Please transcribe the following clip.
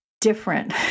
different